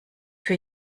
für